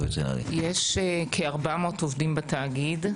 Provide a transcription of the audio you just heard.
יש כ-400 עובדים בתאגיד.